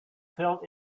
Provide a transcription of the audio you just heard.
felt